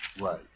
Right